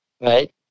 Right